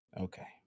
Okay